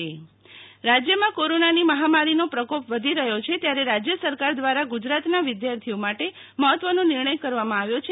શીતલ વૈશ્નવ શાળાઓમાં વેકેશન રાજ્યમાં કોરોના ની મહામારીનો પ્રકોપ વધી રહ્યો છે ત્યારે રાજય સરકાર દ્રારા ગુજરાતના વિધાર્થીઓ માટે મહત્વનો નિર્ણય કરવામાં આવ્યો છે